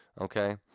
Okay